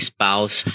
Spouse